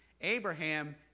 Abraham